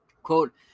Quote